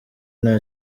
nta